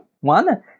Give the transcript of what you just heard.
one